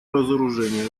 разоружению